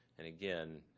and again,